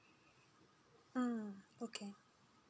mm okay